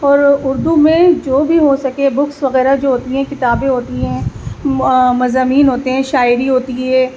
اور اردو میں جو بھی ہوسکے بکس وغیرہ جو بھی ہیں کتابیں ہوتی ہیں مضامین ہوتے ہیں شاعری ہوتی ہے